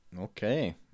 Okay